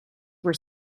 were